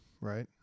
right